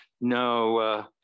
no